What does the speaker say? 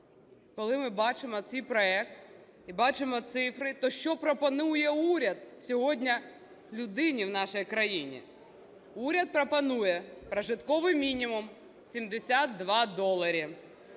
коли ми бачимо цей проект і бачимо цифри, то що пропонує уряд сьогодні людині в нашій країні? Уряд пропонує прожитковий мінімум – 72 долара,